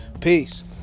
Peace